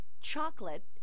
chocolate